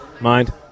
mind